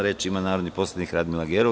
Reč ima narodni poslanik Radmila Gerov.